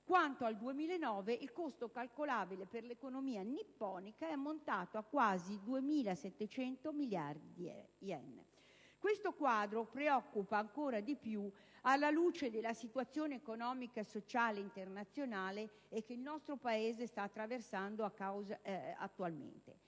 Quanto al 2009, il costo calcolabile per l'economia nipponica è ammontato a quasi 2.700 miliardi di yen (25,5 miliardi di euro). Questo quadro preoccupa ancora di più alla luce della situazione economica e sociale internazionale e che il nostro Paese sta attraversando attualmente.